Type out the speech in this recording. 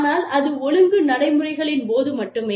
ஆனால் அது ஒழுங்கு நடைமுறைகளின் போது மட்டுமே